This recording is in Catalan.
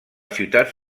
ciutat